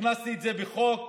הכנסתי את זה בחוק.